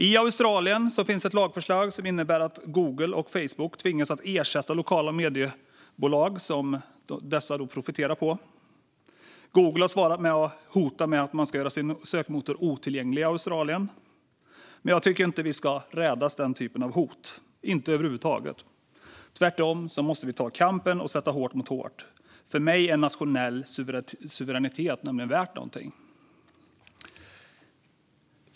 I Australien finns ett lagförslag som innebär att Google och Facebook tvingas att ersätta lokala mediebolag som man profiterar på. Google har svarat med att hota att göra sin sökmotor otillgänglig i Australien. Jag tycker över huvud taget inte att vi ska rädas den typen av hot. Tvärtom måste vi ta kampen och sätta hårt mot hårt. För mig är nationell suveränitet nämligen värt någonting.